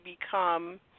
become